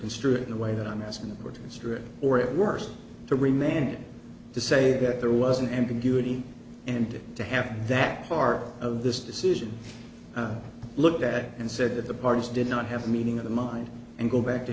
construe it the way that i'm asking them were destroyed or at worst to remain to say that there was an ambiguity and to have that part of this decision looked at and said that the parties did not have a meeting of the mind and go back to